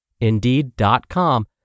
Indeed.com